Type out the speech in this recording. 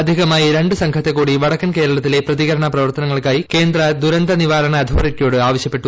അധികമായി രണ്ട് സംഘത്തെ കൂടി വടക്കൻ കേരളത്തിലെ പ്രതികരണ പ്രവർത്തനങ്ങൾക്കായി കേന്ദ്ര ദുരന്ത നിവാരണ അതോറിറ്റിയോട് ആവശ്യപ്പെട്ടു